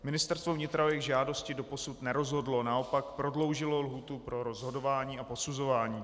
Ministerstvo vnitra o jejich žádosti doposud nerozhodlo, naopak prodloužilo lhůtu pro rozhodování a posuzování.